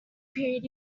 period